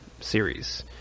series